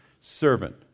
servant